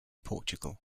portugal